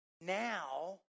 now